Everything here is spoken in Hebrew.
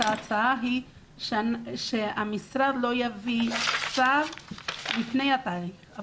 ההצעה היא שהמשרד לא יביא צו לפני התאריך.